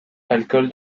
alcool